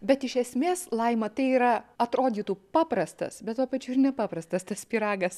bet iš esmės laima tai yra atrodytų paprastas bet tuo pačiu ir ne paprastas tas pyragas